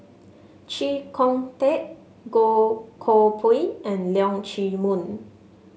Chee Kong Tet Goh Koh Pui and Leong Chee Mun